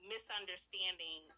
Misunderstanding